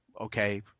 Okay